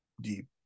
deep